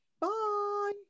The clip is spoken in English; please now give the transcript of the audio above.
bye